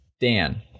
Dan